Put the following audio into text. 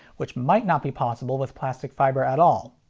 which might not be possible with plastic fiber at all.